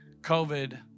COVID